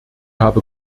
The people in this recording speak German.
habe